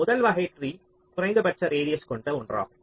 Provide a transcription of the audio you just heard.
முதல் வகை ட்ரீ குறைந்தபட்ச ரேடியஸ் கொண்ட ஒன்றாகும்